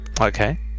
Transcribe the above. okay